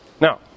Now